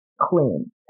clean